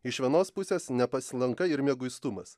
iš vienos pusės nepasilanka ir mieguistumas